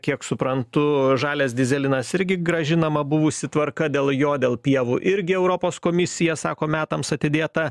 kiek suprantu žalias dyzelinas irgi grąžinama buvusi tvarka dėl jo dėl pievų irgi europos komisija sako metams atidėta